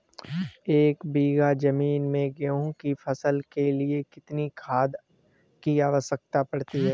एक बीघा ज़मीन में गेहूँ की फसल के लिए कितनी खाद की आवश्यकता पड़ती है?